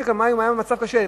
משק המים היום במצב קשה.